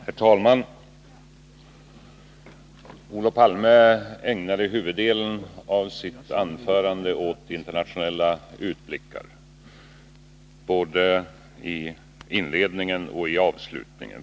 Herr talman! Olof Palme ägnade huvuddelen av sitt anförande åt internationella utblickar, och det gällde både inledningen och avslutningen.